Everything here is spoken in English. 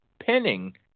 pinning